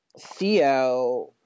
Theo